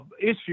issue